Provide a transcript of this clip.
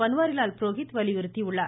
பன்வாரிலால் புரோகித் வலியுறுத்தியுள்ளார்